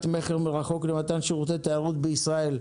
מכר מרחוק למתן שירותי תיירות בישראל),